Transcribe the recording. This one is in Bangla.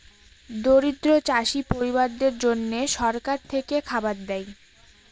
দরিদ্র চাষী পরিবারদের জন্যে সরকার থেকে খাবার দেয়